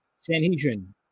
Sanhedrin